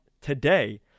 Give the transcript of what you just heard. today